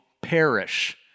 perish